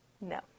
No